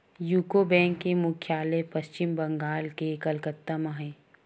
UCO bank के मुख्यालय पस्चिम बंगाल के कलकत्ता म हे